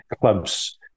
clubs